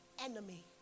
enemy